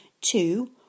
two